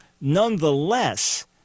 Nonetheless